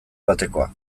batekoa